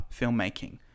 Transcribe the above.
filmmaking